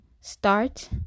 start